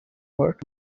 work